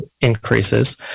increases